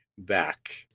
back